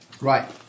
Right